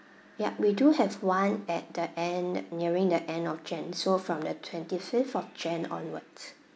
yup we do have one at the end nearing the end of january so from the twenty fifth of january onwards